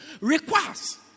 requires